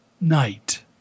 night